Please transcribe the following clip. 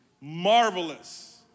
marvelous